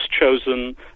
chosen